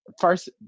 first